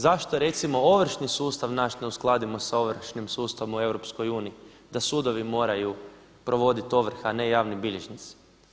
Zašto recimo ovršni sustav nas ne uskladimo sa ovršnim sudstvom u EU da sudovi moraju provoditi ovrhe a ne javni bilježnici?